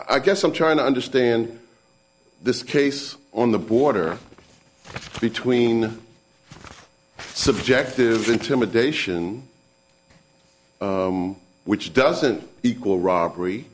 i guess i'm trying to understand this case on the border between subjective intimidation which doesn't equal robbery